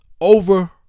over